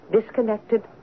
disconnected